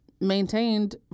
maintained